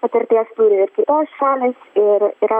patirties turi ir kitos šalys ir yra